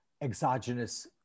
exogenous